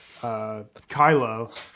Kylo